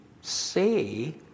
say